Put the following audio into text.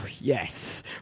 yes